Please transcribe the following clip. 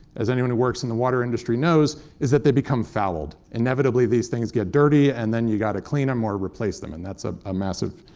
as anyone who works in the water industry knows, is that they become fouled. inevitably these things get dirty and then you've got to clean them um or replace them. and that's a ah massive,